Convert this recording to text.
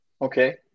Okay